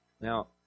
Now